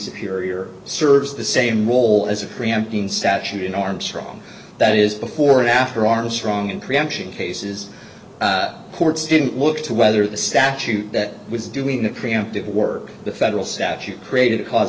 superior serves the same role as a preempting statute in armstrong that is before and after armstrong and preemption cases courts didn't look to whether the statute that was doing a preemptive work the federal statute created a cause